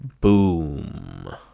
Boom